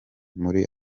muri